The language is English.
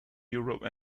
europe